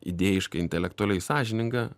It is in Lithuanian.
idėjiškai intelektualiai sąžininga